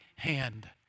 hand